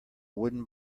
wooden